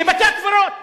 בבתי-הקברות.